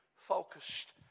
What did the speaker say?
focused